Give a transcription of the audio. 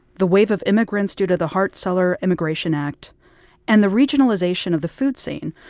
the wave of immigrants due to the hart-celler immigration act and the regionalization of the food scene.